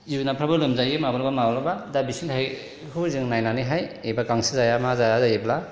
जुनारफ्राबो लोमजायो माब्लाबा माब्लाबा दा बिसोर थाखाय बेखौ जों नायनानैहाय एबा गांसो जाया मा जाया जायोब्ला